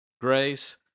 grace